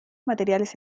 materiales